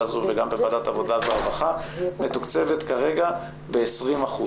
הזו וגם בוועדת עבודה ורווחה מתוקצבת כרגע ב-20%.